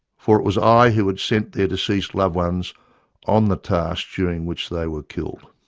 for it was i who had sent their deceased loved ones on the task during which they were killed.